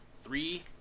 three